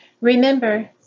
Remember